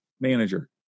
manager